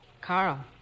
Carl